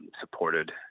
supported